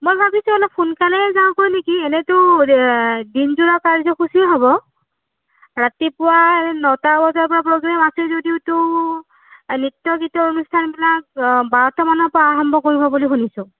মই ভাবিছোঁ অলপ সোনকালে যাওঁগৈ নেকি এনেইটো দিন যোৰা কাৰ্যসূচী হ'ব ৰাতিপুৱা নটা বজাৰ পৰা প্ৰগ্ৰেম আছে যদিওটো নৃত্য গীতৰ অনুষ্ঠানবিলাক বাৰটা মানৰ পৰা আৰম্ভ কৰিব বুলি শুনিছোঁ